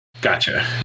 Gotcha